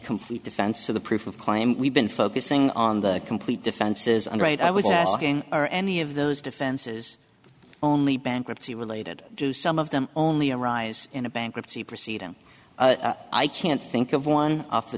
complete defense of the proof of claim we've been focusing on the complete defenses and right i was asking are any of those defenses only bankruptcy related to some of them only arise in a bankruptcy proceeding i can't think of one off the